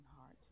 heart